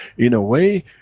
in a way,